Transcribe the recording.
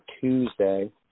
Tuesday